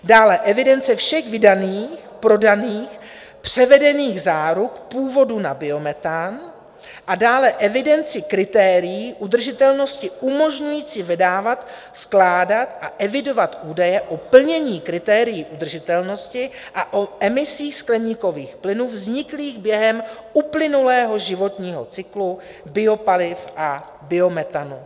Dále evidence všech vydaných, prodaných, převedených záruk původu na biometan a dále evidenci kritérií udržitelnosti umožňující vydávat, vkládat a evidovat údaje o plnění kritérií udržitelnosti a o emisích skleníkových plynů vzniklých během uplynulého životního cyklu biopaliv a biometanu.